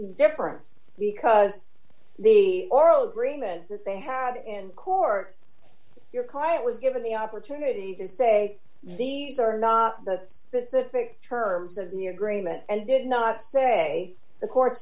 different because the oral agreement that they had in court your client was given the opportunity to say these are not the specific terms of new agreement and did not say the court